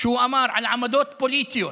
שהוא אמר, על עמדות פוליטיות.